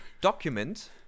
Document